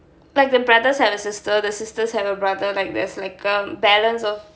like the brothers have asister the sisters have a brother there's like a balance of